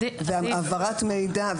העברת מידע,